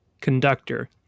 conductor